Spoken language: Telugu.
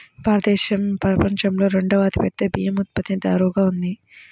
భారతదేశం ప్రపంచంలో రెండవ అతిపెద్ద బియ్యం ఉత్పత్తిదారుగా ఉంది